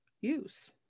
use